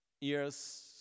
years